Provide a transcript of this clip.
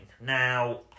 Now